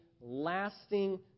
lasting